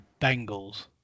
Bengals